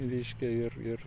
ryškiai ir ir